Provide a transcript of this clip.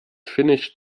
finished